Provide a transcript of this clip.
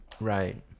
right